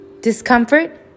Discomfort